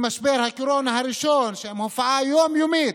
במשבר הקורונה הראשון, בהופעה יום-יומית,